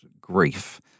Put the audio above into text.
grief